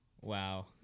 Wow